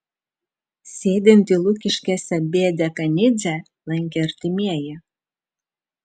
sėdintį lukiškėse b dekanidzę lankė artimieji